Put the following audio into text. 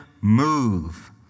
move